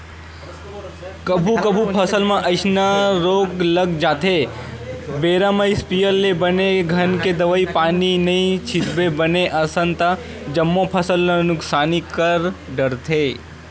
कभू कभू फसल म अइसन रोग लग जाथे बेरा म इस्पेयर ले बने घन के दवई पानी नइ छितबे बने असन ता जम्मो फसल ल नुकसानी कर डरथे